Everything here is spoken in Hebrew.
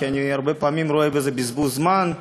כי אני הרבה פעמים רואה בזה בזבוז זמן,